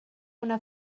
una